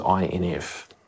INF